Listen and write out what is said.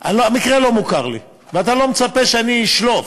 המקרה לא מוכר לי, ואתה לא מצפה שאני אשלוף.